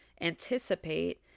anticipate